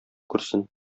күрсен